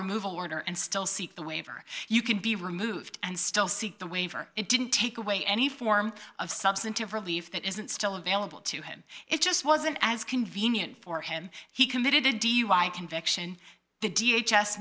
removal order and still seek the waiver you can be removed and still seek the waiver it didn't take away any form of substantive relief that isn't still available to him it just wasn't as convenient for him he committed a dui conviction the d